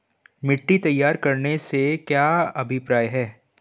मिट्टी तैयार करने से क्या अभिप्राय है?